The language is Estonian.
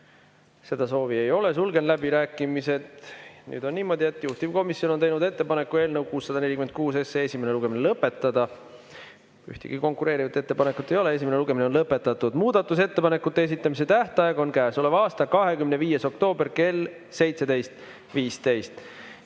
Seda soovi ei ole. Sulgen läbirääkimised. Nüüd on niimoodi, et juhtivkomisjon on teinud ettepaneku eelnõu 646 esimene lugemine lõpetada. Ühtegi konkureerivat ettepanekut ei ole. Esimene lugemine on lõpetatud. Muudatusettepanekute esitamise tähtaeg on käesoleva aasta 25. oktoober kell 17.15.Meie